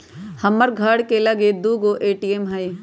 हमर घर के लगे दू गो ए.टी.एम हइ